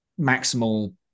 maximal